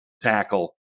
tackle